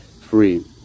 free